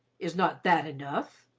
is not that enough?